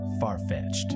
far-fetched